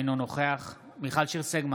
אינו נוכח מיכל שיר סגמן,